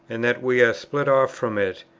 and that we are split off from it,